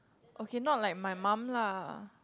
okay not like my mum lah